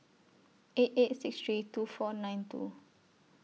eight eight six three two four nine two